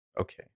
okay